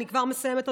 אני כבר מסיימת,